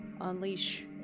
unleash